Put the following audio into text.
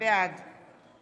בעד